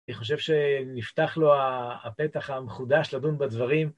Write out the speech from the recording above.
אני חושב שנפתח לו הפתח המחודש לדון בדברים.